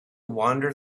wander